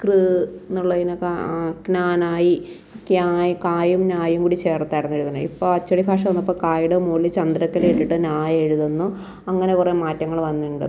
കൃ എന്നുള്ളതിനൊക്കെ ആ ക്നാനായി ക്യായും കായും നായും കൂടി ചേർത്തായിരുന്നു എഴുതുന്നത് ഇപ്പോൾ അച്ചടി ഭാഷ വന്നപ്പോൾ കായുടെ മുകളിൽ ചന്ദ്രക്കല ഇട്ടിട്ട് ന എഴുതുന്നു അങ്ങനെ കുറേ മാറ്റങ്ങൾ വന്നിട്ടുണ്ട്